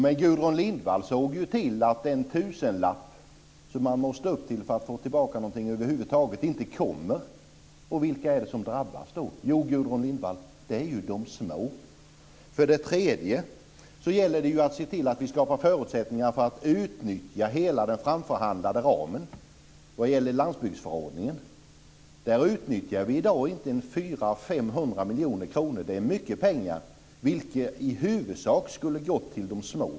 Men Gudrun Lindvall såg till att den tusenlapp som man måste upp till för att få tillbaka någonting över huvud taget inte kommer. Vilka är det som drabbas? Jo, Gudrun Lindvall, de små. 3. Det gäller att se till att vi skapar förutsättningar för att utnyttja hela den framförhandlade ramen vad gäller lantbruksförordningen. Där utnyttjar vi i dag inte 400-500 miljoner kronor. Det är mycket pengar, vilka i huvudsak skulle ha gått till de små.